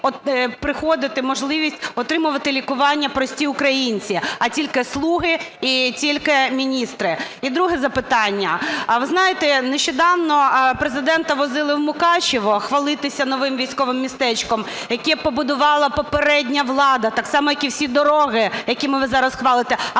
можливість отримувати лікування прості українці, а тільки "слуги" і тільки міністри? І друге запитання. А ви знаєте, нещодавно Президента возили в Мукачеве хвалитися новим військовим містечком, яке побудувала попередня влада, так само, як і всі дороги, якими ви зараз хвалитесь,